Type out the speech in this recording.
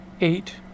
eight